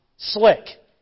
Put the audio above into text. Slick